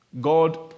God